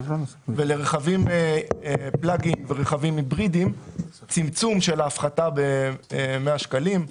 ולרכבים פלאג אין ורכבים היברידיים צמצום ההפחתה ב-100 שקל,